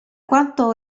quanto